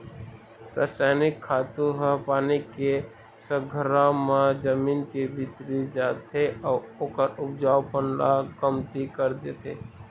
रसइनिक खातू ह पानी के संघरा म जमीन के भीतरी जाथे अउ ओखर उपजऊपन ल कमती कर देथे